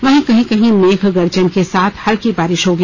वहीं कहीं कहीं मेघ गर्जन के साथ हल्की बारिश होगी